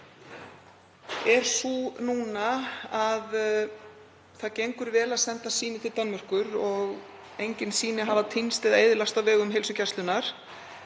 er sú að það gengur vel að senda sýni til Danmerkur og engin sýni hafa týnst eða eyðilagst á vegum heilsugæslunnar.